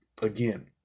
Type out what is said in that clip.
Again